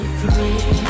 free